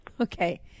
Okay